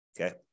okay